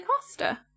Costa